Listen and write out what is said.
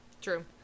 True